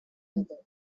another